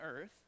earth